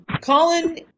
Colin